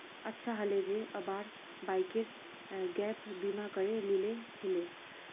अच्छा हले जे अब्बार बाइकेर गैप बीमा करे लिल छिले